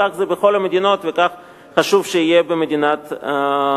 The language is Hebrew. כך זה בכל המדינות וכך חשוב שיהיה במדינת ישראל.